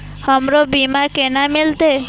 हमरो बीमा केना मिलते?